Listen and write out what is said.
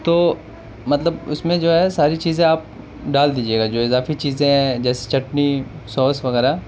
تو مطلب اس میں جو ہے ساری چیزیں آپ ڈال دیجیے گا جو اضافی چیزیں ہیں جیسے چٹنی سوس وغیرہ